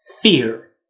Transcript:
fear